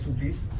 please